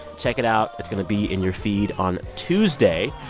check it out it's going to be in your feed on tuesday.